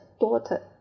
daughter